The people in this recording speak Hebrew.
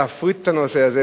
להפריט את הנושא הזה,